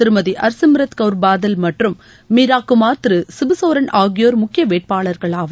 திருமதி ஹர்சிம்ரத் கௌர் பாதல் மற்றும் மீராகுமார் திரு சிபுசோரன் ஆகியோர் முக்கிய வேட்பாளர்கள் ஆவர்